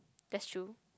that's true